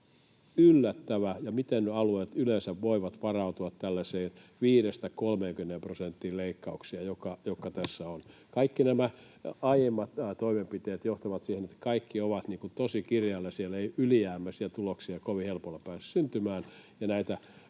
yllättävää, miten ne alueet yleensä voivat varautua tällaisiin 5—30 prosentin leikkauksiin, joita tässä on. Kaikki nämä aiemmat toimenpiteet johtavat siihen, että kaikki ovat tosi kireällä siellä, ylijäämäisiä tuloksia ei kovin helpolla pääse syntymään,